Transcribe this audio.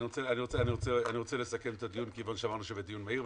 אני רוצה לסכם את הדיון כיוון שאמרנו שזה דיון מהיר.